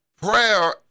Prayer